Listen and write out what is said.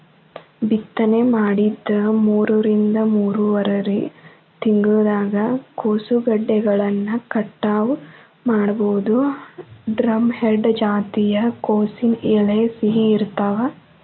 ಬಿತ್ತನೆ ಮಾಡಿದ ಮೂರರಿಂದ ಮೂರುವರರಿ ತಿಂಗಳದಾಗ ಕೋಸುಗೆಡ್ಡೆಗಳನ್ನ ಕಟಾವ ಮಾಡಬೋದು, ಡ್ರಂಹೆಡ್ ಜಾತಿಯ ಕೋಸಿನ ಎಲೆ ಸಿಹಿ ಇರ್ತಾವ